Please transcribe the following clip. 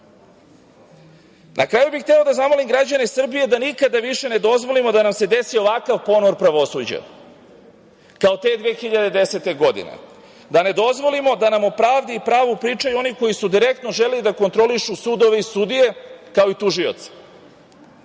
kraju bih hteo da zamolim građane Srbije da nikada više ne dozvolimo da nam se desi ovakav ponor pravosuđa kao te 2010. godine, da ne dozvolimo da nam o pravdi i pravu pričaju oni koji su direktno želeli da kontrolišu sudove i sudije, kao i tužioce,